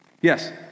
Yes